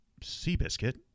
Seabiscuit